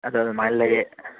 ꯑꯗꯣ ꯑꯗꯨꯃꯥꯏ ꯂꯩꯌꯦ